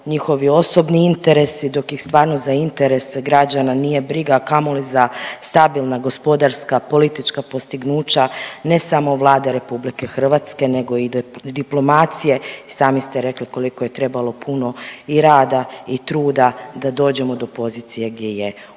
njihovi osobni interesi, dok ih stvarno za interese građana nije briga, a kamoli za stabilna gospodarska politička postignuća, ne samo Vlade RH nego i diplomacije i sami ste rekli, koliko je trebalo puno i rada i truda da dođemo do pozicije gdje je.